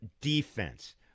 defense